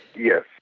yes.